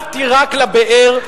אל תירק לבאר,